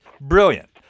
brilliant